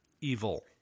evil